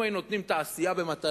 אם היינו נותנים תעשייה במתנה,